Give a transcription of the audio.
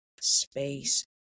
space